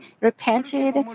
repented